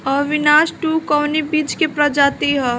अविनाश टू कवने बीज क प्रजाति ह?